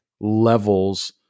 levels